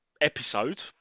episode